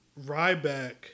Ryback